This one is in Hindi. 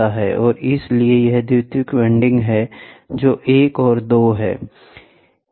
और इसलिए यह द्वितीयक वाइंडिंग है जो 1 और 2 है